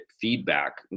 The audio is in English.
feedback